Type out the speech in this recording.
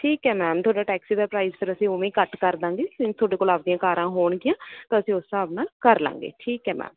ਠੀਕ ਹੈ ਮੈਮ ਤੁਹਾਡਾ ਟੈਕਸੀ ਦਾ ਪ੍ਰਾਈਜ਼ ਫਿਰ ਅਸੀਂ ਓਵੇਂ ਹੀ ਘੱਟ ਕਰ ਦੇਵਾਂਗੇ ਅਤੇ ਤੁਹਾਡੇ ਕੋਲ ਆਪਣੀਆਂ ਕਾਰਾਂ ਹੋਣਗੀਆਂ ਤਾਂ ਅਸੀਂ ਉਸ ਹਿਸਾਬ ਨਾਲ ਕਰ ਲਵਾਂਗੇ ਠੀਕ ਹੈ ਮੈਮ